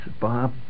Bob